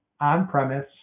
on-premise